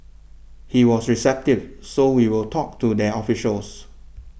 he was receptive so we will talk to their officials